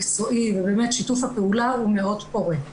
מקצועי ושיתוף הפעולה הוא מאוד פורה.